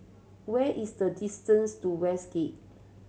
where is the distance to Westgate